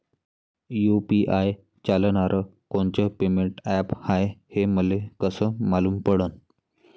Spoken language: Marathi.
यू.पी.आय चालणारं कोनचं पेमेंट ॲप हाय, हे मले कस मालूम पडन?